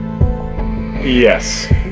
Yes